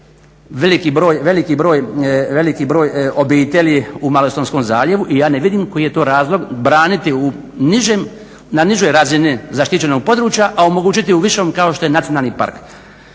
veliki broj obitelji u Malostonskom zaljevu i ja ne vidim koji je to razlog braniti na nižoj razini zaštićenog područja a omogućiti u višem kao što je nacionalni park.